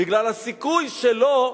בגלל הסיכוי שלא,